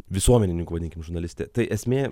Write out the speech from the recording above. visuomenininkų vadinkim žurnalistė tai esmė